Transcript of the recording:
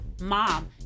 Mom